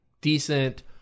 decent